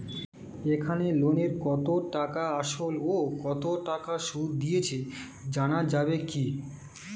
এখনো লোনের কত টাকা আসল ও কত টাকা সুদ দিয়েছি জানা যাবে কি?